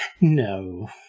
No